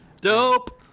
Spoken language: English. dope